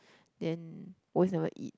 then always never eat